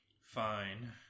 Fine